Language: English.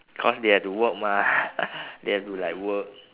cause they have to work mah they have to like work